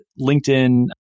LinkedIn